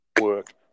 work